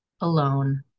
alone